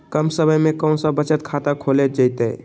कम समय में कौन बचत खाता खोले जयते?